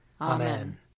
Amen